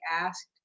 asked